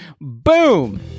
Boom